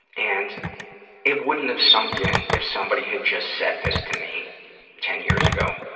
and it wouldn't have sunk in if somebody had just said this to me ten years ago,